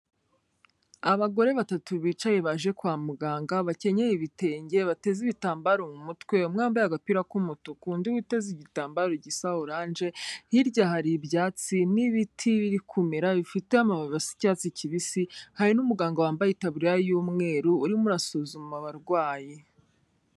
Abagore batatu bicaye baje kwa muganga, bakenyeye ibitenge, bateze ibitambaro mu mutwe, umwe wambaye agapira k'umutu, undi witeze igitambaro gisa oranje, hirya hari ibyatsi n'ibiti biri kumera, bifite amababi asa iyatsi kibisi, hari n'umuganga wambaye itaburiya y'umweru urimo urasuzuma abarwayi.